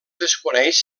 desconeix